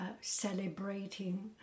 celebrating